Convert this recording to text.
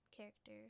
character